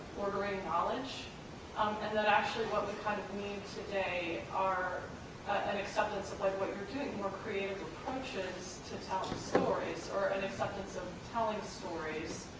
ordering knowledge, and that actually what we kind of need today are an acceptance of like what you're doing, more creative approaches to tell stories, or an acceptance of telling stories,